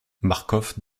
marcof